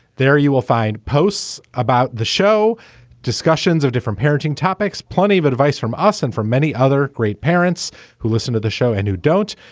there you will find posts about the show discussions of different parenting topics. plenty of advice from arsen for many other great parents who listen to the show and who don't.